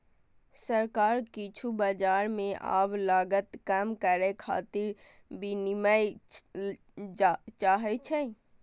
सरकार किछु बाजार मे आब लागत कम करै खातिर विनियम चाहै छै